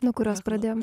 nuo kurios pradėjom